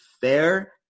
fair